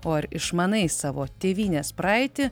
o ar išmanai savo tėvynės praeitį